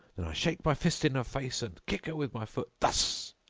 then i shake my fist in her face and kick her with my foot thus.